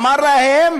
אמר להם